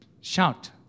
shout